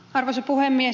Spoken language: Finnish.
arvoisa puhemies